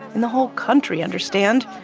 in the whole country, understand?